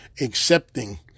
accepting